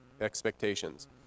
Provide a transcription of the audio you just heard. expectations